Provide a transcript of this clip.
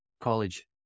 College